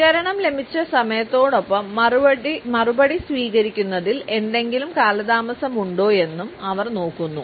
പ്രതികരണം ലഭിച്ച സമയത്തോടൊപ്പം മറുപടി സ്വീകരിക്കുന്നതിൽ എന്തെങ്കിലും കാലതാമസമുണ്ടോയെന്നും അവർ നോക്കുന്നു